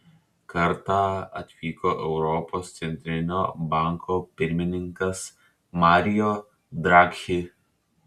kartą atvyko europos centrinio banko pirmininkas mario draghi